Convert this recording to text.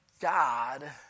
God